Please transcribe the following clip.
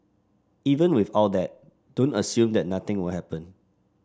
even with all that don't assume that nothing will happen